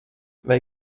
vai